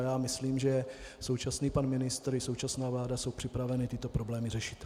A já myslím, že současný pan ministr i současná vláda jsou připraveni tyto problémy řešit.